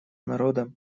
народа